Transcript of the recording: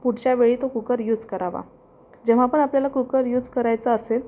पुढच्यावेळी तो cooker use करावा जेव्हा पण आपल्याला कुकर युझ करायचा असेल